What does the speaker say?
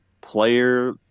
player